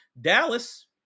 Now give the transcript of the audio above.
dallas